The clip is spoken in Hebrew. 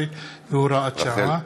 14 והוראת שעה),